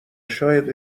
شاید